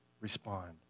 Respond